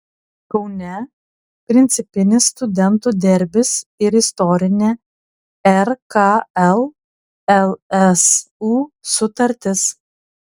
kaune principinis studentų derbis ir istorinė rkl lsu sutartis